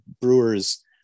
brewers